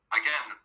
again